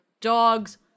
dogs